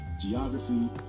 geography